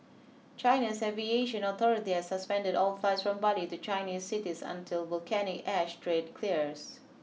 China's aviation authority has suspended all flights from Bali to Chinese cities until volcanic ash threat clears